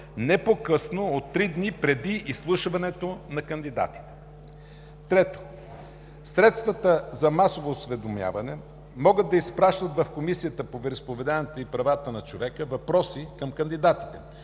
не по-късно от 3 дни преди изслушването на кандидатите. 3. Средствата за масово осведомяване могат да изпращат в Комисията по вероизповеданията и правата на човека въпроси към кандидатите,